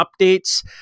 updates